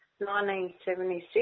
1976